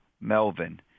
Melvin